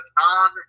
non